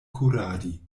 kuradi